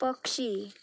पक्षी